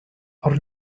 our